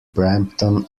brampton